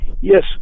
Yes